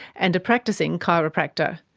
and a practising chiropractor.